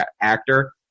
actor